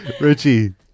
Richie